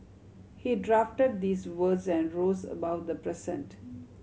he draft these words and rose above the present